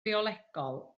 biolegol